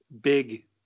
big